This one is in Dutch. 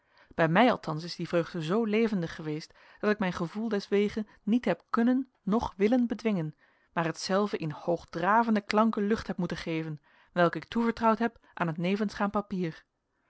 bij mij althans is die vreugde zoo levendig geweest dat ik mijn gevoel deswege niet heb kunnen noch willen bedwingen maar hetzelve in hoogdravende klanken lucht heb moeten geven welke ik toevertrouwd heb aan het nevensgaand papier